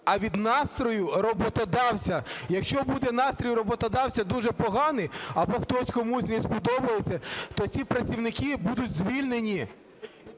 а від настрою роботодавця. Якщо буде настрій роботодавця дуже поганий або хтось комусь не сподобається, то ці працівники будуть звільнені.